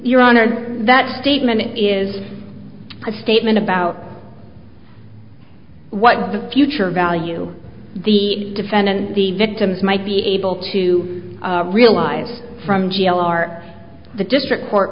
your honor that statement is a statement about what the future value the defendant and the victims might be able to realize from g l are the district court